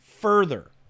further